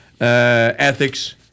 ethics